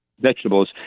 vegetables